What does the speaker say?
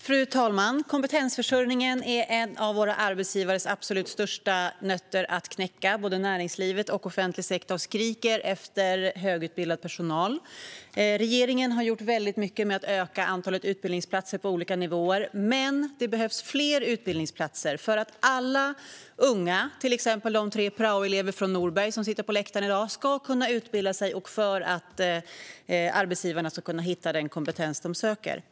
Fru talman! Kompetensförsörjningen är en av våra arbetsgivares absolut största nötter att knäcka. Både näringslivet och offentlig sektor skriker efter högutbildad personal. Regeringen har gjort mycket för att öka antalet utbildningsplatser på olika nivåer, men det behövs fler utbildningsplatser för att alla unga - till exempel de tre praoelever från Norberg som sitter på läktaren i dag - ska kunna utbilda sig och för att arbetsgivarna ska kunna hitta den kompetens de söker.